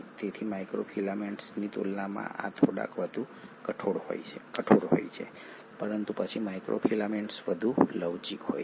તેથી માઇક્રોફિલામેન્ટની તુલનામાં આ થોડા વધુ કઠોર હોય છે પરંતુ પછી માઇક્રોફિલામેન્ટ્સ વધુ લવચીક હોય છે